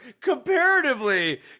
comparatively